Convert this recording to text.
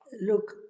look